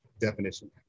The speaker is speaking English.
definition